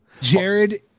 Jared